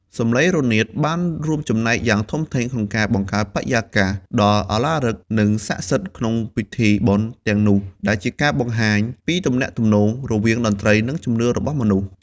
សំឡេងរនាតបានរួមចំណែកយ៉ាងធំធេងក្នុងការបង្កើតបរិយាកាសដ៏ឧឡារិកនិងស័ក្តិសិទ្ធិក្នុងពិធីបុណ្យទាំងនោះដែលជាការបង្ហាញពីទំនាក់ទំនងរវាងតន្ត្រីនិងជំនឿរបស់មនុស្ស។